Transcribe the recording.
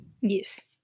Yes